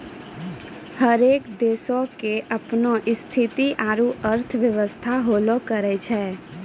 हरेक देशो के अपनो स्थिति आरु अर्थव्यवस्था होलो करै छै